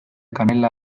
kanela